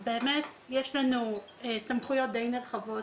יש לנו סמכויות די נרחבות,